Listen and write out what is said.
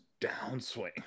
downswing